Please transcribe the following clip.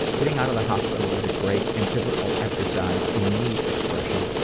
getting out of the hospital was a great and difficult exercise in need expression,